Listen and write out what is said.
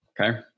Okay